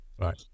right